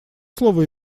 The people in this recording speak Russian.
слово